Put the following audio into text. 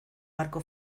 barco